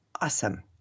Awesome